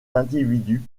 individu